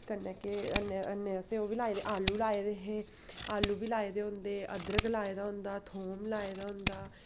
कन्नै के अन्नै अन्नै असें ओह् बी लाए दे आलू लाए दे हे आलू बी लाए दे होंदे अदरक लाए दा होंदा थोम लाए दा होंदा